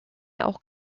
auch